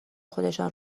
خودشان